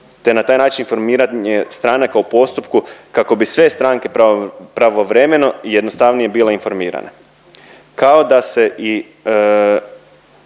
te na taj način formiranje stranaka u postupku kako bi sve stranke pravovremeno i jednostavnije bile informirane